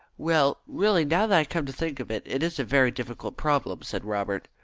well, really, now that i come to think of it, it is a very difficult problem, said robert.